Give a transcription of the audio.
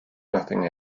nothing